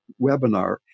webinar